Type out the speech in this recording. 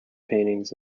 paintings